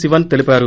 శివన్ తెలిపారు